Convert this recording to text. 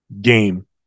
game